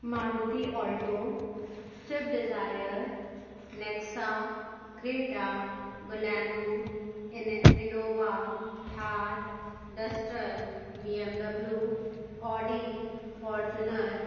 Maruti Alto Swift Dzire Nexa Creta Baleno इने Innova Thar Duster B M W Audi Fortuner